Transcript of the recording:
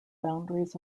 boundaries